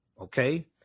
Okay